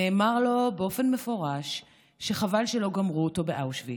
נאמר לו באופן מפורש שחבל שלא גמרו אותו באושוויץ,